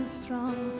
strong